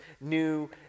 new